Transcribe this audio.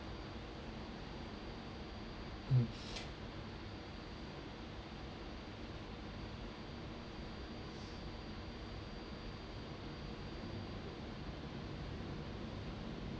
mm